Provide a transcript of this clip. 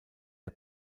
der